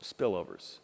spillovers